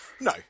No